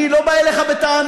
אני לא בא אליך בטענה.